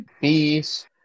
Peace